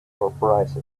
surprised